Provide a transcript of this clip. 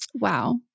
Wow